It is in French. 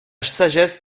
sagesse